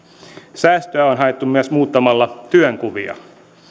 säästöä on haettu myös muuttamalla työnkuvia